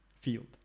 field